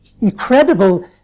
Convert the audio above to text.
incredible